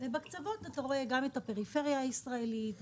ובקצוות רואים את הפריפריה הישראלית,